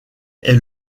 est